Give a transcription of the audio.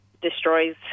destroys